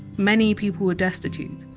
many people were destitute.